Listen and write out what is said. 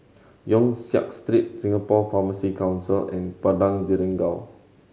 Yong Siak Street Singapore Pharmacy Council and Padang Jeringau